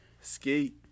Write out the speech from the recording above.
Skate